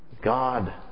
God